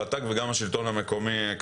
רט"ג וגם השלטון המקומי.